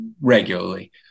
regularly